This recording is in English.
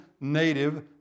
native